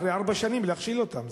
אחרי ארבע שנים להכשיל אותם.